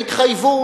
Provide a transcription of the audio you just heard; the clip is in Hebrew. והתחייבו,